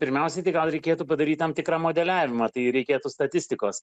pirmiausiai tai gal reikėtų padaryt tam tikrą modeliavimą tai reikėtų statistikos